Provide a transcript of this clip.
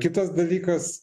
kitas dalykas